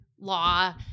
law